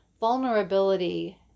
vulnerability